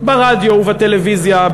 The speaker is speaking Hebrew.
ברדיו ובטלוויזיה,